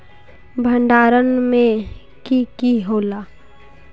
भण्डारण में की की होला?